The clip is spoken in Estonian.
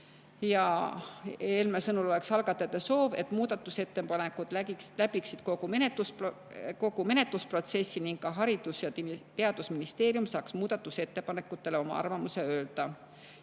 Helme sõnul oleks algatajate soov, et muudatusettepanekud läbiksid kogu menetlusprotsessi ning ka Haridus‑ ja Teadusministeerium saaks muudatusettepanekute kohta oma arvamuse öelda.